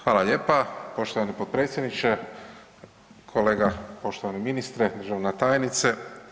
Hvala lijepa poštovani potpredsjedniče, kolega, poštovani ministre, državna tajnice.